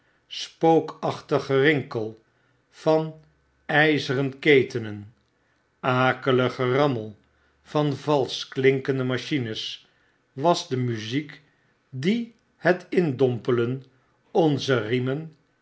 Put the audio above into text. spookachtig gerinkel van ijzeren ketenen akelig geraramel van valsch klinkende machines was de muziek die het indompelen onzer riemen